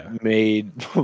made